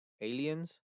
aliens